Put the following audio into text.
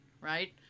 right